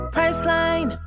Priceline